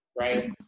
right